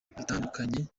bitandukanye